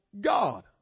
God